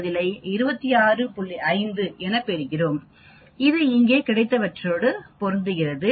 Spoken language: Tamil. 5 எனப் பெறுகிறோம் இது இங்கு கிடைத்தவற்றோடு பொருந்துகிறது